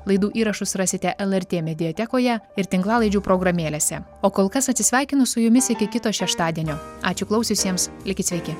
laidų įrašus rasite lrt mediatekoje ir tinklalaidžių programėlėse o kol kas atsisveikinu su jumis iki kito šeštadienio ačiū klausiusiems likit sveiki